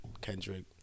Kendrick